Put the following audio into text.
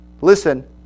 listen